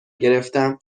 گرفتم